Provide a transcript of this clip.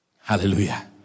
Hallelujah